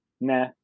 nah